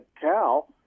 Cal